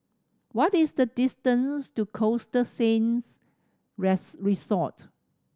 what is the distance to Costa Sands Resort